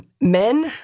Men